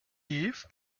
eve